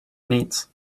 needs